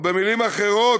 ובמילים אחרות,